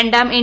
രണ്ടാം എൻ